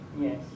Yes